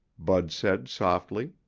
bud said softly.